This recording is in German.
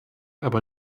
aber